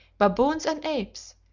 baboons, and apes,